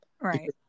Right